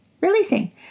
releasing